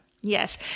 Yes